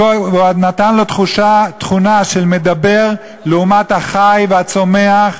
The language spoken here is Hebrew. נתן לו תכונה של מדבֵּר לעומת החי והצומח,